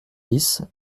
dix